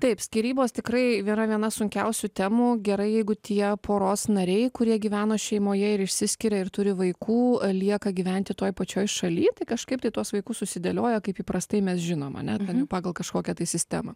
taip skyrybos tikrai yra viena sunkiausių temų gerai jeigu tie poros nariai kurie gyveno šeimoje ir išsiskiria ir turi vaikų lieka gyventi toj pačioj šalyj tai kažkaip tai tuos vaikus susidėlioja kaip įprastai mes žinom ane kad pagal kažkokią tai sistemą